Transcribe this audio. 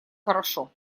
хорошо